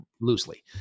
loosely